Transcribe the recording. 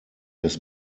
des